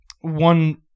one